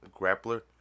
grappler